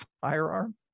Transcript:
firearm